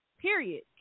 period